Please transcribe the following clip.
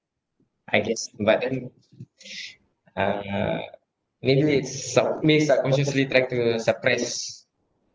I guess but then uh maybe it's sub~ maybe subconsciously trying to suppress